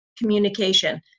communication